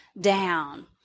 down